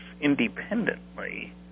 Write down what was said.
independently